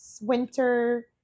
winter